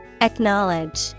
Acknowledge